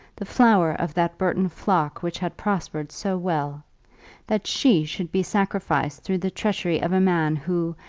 the flower of that burton flock which had prospered so well that she should be sacrificed through the treachery of a man who,